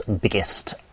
biggest